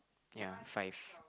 ya five